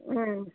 ಹ್ಞೂ